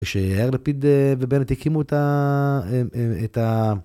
כשיאיר לפיד ובנט הקימו את ה...